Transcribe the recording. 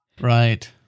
Right